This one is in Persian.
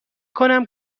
کنم